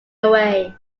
away